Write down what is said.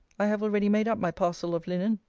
i have already made up my parcel of linen.